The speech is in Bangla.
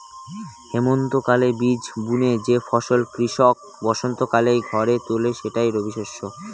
হেমন্তকালে বীজ বুনে যে ফসল কৃষক বসন্তকালে ঘরে তোলে সেটাই রবিশস্য